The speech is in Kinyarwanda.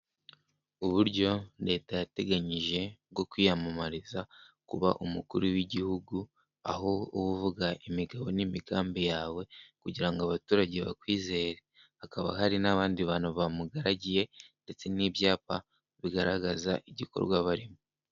Uburyo leta yateganyije bwo kwiyamamariza kuba umukuru w'igihugu aho uvuga imigabo n'imigambi yawe kugira ngo abaturage bakwizere hakaba hari n'abandi bantu bamugaragiye ndetse n'ibyapa bigaragaza igikorwa barimo.